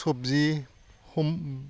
চব্জি সোম